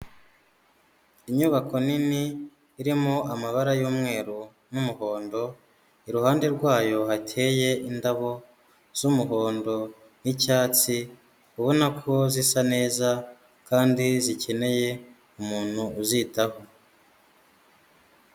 Inyubako nini irimo amabara y'umweru n'umuhondo iruhande rwayo hateye indabo z'umuhondo n'icyatsi ubona ko zisa neza kandi zikeneye umuntu uzitaho.